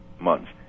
months